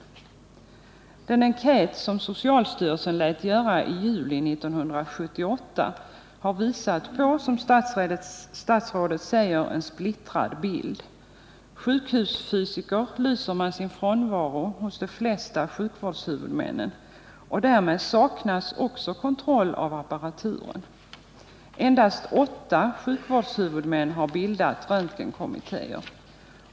Den enkät som socialstyrelsen lät göra i juli 1978 har, som statsrådet säger, visat på en splittrad bild. Sjukhusfysiker lyser med sin frånvaro hos de flesta sjukvårdshuvudmännen, och därmed saknas också kontroll av apparaturen. Endast åtta sjukvårdshuvudmän har bildat röntgenkommittéer.